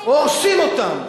הורסים אותם.